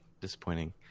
Disappointing